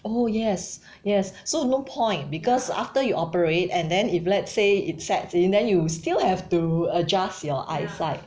oh yes yes so no point because after you operate and then if let's say it sets in then you still have to adjust your eyesight